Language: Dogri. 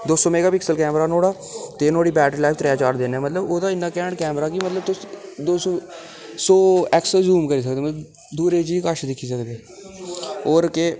दौं सौ मेगापिक्सल कैमरा नुहाड़ा ते नुहाड़ी बैटरी लाईफ त्रै चार दिन ऐ मतलब ओह्दा इ'न्ना कैंठ कैमरा की मतलब तुस दौ सलौ एक्सट्रा जूम करी सकदे मतलब दूरै दी चीज़ कश दिक्खी सकदे होर केह्